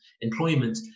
employment